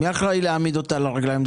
מי אחראי להעמיד אותה על הרגליים,